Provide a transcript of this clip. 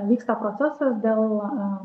vyksta procesas dėl